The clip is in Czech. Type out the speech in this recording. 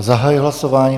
Zahajuji hlasování.